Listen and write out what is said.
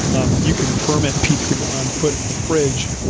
um you can ferment p three o m, put it in the fridge,